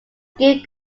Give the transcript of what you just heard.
skin